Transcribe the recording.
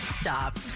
stop